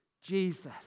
Jesus